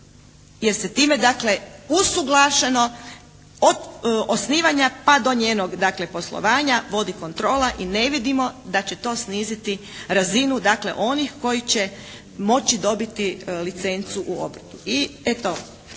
jer se time dakle usuglašeno od osnivanja pa do njenog dakle poslovanja vodi kontrola i ne vidimo da će to sniziti razinu onih koji će moći dobiti licencu u obrtu. I eto,